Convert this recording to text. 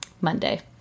Monday